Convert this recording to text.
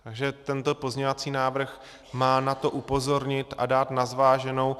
Takže tento pozměňovací návrh má na to upozornit a dát na zváženou.